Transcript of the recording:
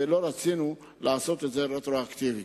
ולא רצינו לעשות את זה רטרואקטיבית.